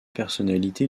personnalité